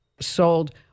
sold